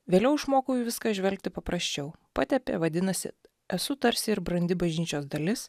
vėliau išmokau į viską žvelgti paprasčiau patepė vadinasi esu tarsi ir brandi bažnyčios dalis